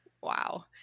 Wow